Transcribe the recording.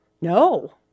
No